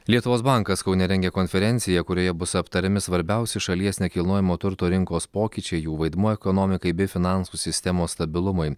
lietuvos bankas kaune rengia konferenciją kurioje bus aptariami svarbiausi šalies nekilnojamo turto rinkos pokyčiai jų vaidmuo ekonomikai bei finansų sistemos stabilumui